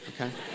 okay